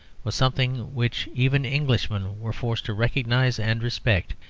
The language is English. was something which even englishmen were forced to recognise and respect.